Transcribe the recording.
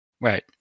Right